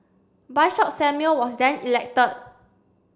Samuel was then elected